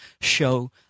show